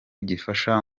gifasha